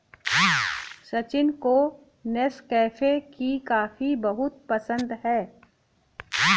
सचिन को नेस्कैफे की कॉफी बहुत पसंद है